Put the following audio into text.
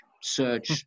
search